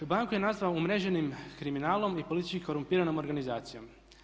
Banku je nazvao umreženim kriminalom i politički korumpiranom organizacijom.